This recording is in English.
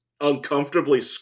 uncomfortably